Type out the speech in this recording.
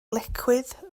lecwydd